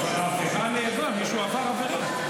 אבל העבירה נעברה, מישהו עבר עבירה.